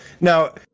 now